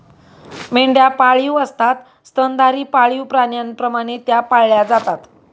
मेंढ्या पाळीव असतात स्तनधारी पाळीव प्राण्यांप्रमाणे त्या पाळल्या जातात